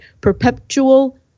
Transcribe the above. Perpetual